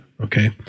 okay